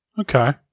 Okay